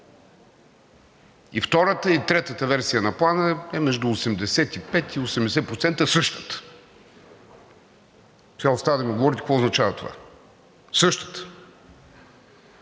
И втората, и третата версия на Плана е между 85 и 80% същата. Сега остава да ми отговорите какво означава това? Същата!